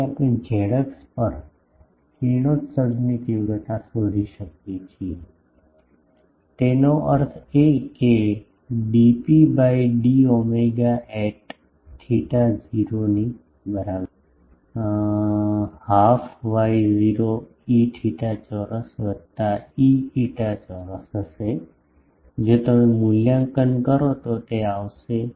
તેથી આપણે ઝેડ અક્ષ પર કિરણોત્સર્ગની તીવ્રતા શોધી શકીએ છીએ તેનો અર્થ એ કે dP by d omega at theta 0 થી બરાબર છે જે ચોરસ અડધા y0 Eθ ચોરસ વત્તા Eφ ચોરસ હશે જો તમે મૂલ્યાંકન કરો તો તે આવશે